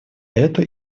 эту